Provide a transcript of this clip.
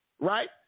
right